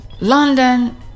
London